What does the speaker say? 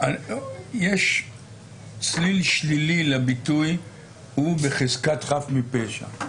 יש צליל שלילי לביטוי "הוא בחזקת חף מפשע".